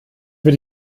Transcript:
wird